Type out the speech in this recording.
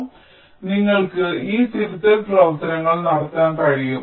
അതിനാൽ നിങ്ങൾക്ക് ഈ തിരുത്തൽ പ്രവർത്തനങ്ങൾ നടത്താനും കഴിയും